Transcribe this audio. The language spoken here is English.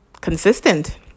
consistent